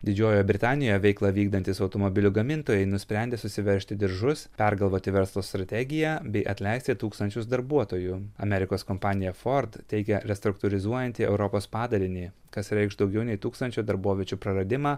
didžiojoje britanijoje veiklą vykdantys automobilių gamintojai nusprendė susiveržti diržus pergalvoti verslo strategiją bei atleisti tūkstančius darbuotojų amerikos kompanija ford teigia restruktūrizuojanti europos padalinį kas reikš daugiau nei tūkstančio darboviečių praradimą